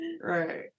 right